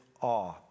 awe